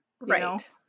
right